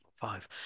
five